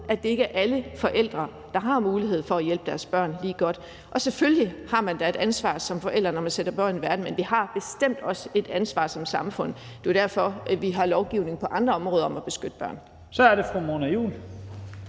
godt ved, at alle forældre ikke har mulighed for at hjælpe deres børn lige godt. Selvfølgelig har man da et ansvar som forældre, når man sætter børn i verden, men vi har bestemt også et ansvar som samfund. Det er jo derfor, at vi har lovgivning på andre områder om at beskytte børn. Kl.